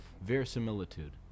verisimilitude